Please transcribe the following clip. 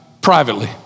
privately